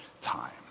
time